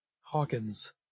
Hawkins